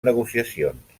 negociacions